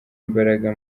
imbaraga